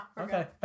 okay